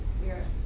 spirit